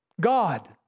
God